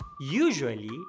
Usually